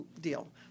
deal